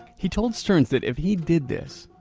he told sterns that if he did this,